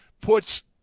puts –